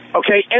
okay